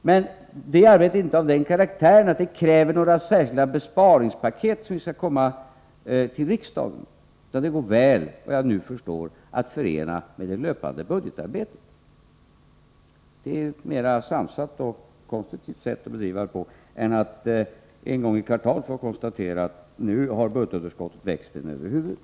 Men det arbetet är inte av den karaktären att det kräver några särskilda besparingspaket som vi skall komma till riksdagen med, utan det går väl, vad jag nu förstår, att förena med det löpande budgetarbetet. Det är ett mera sansat och konstruktivt sätt att bedriva detta arbete på än att en gång i kvartalet få konstatera att budgetunderskottet har växt oss över huvudet.